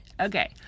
okay